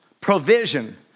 provision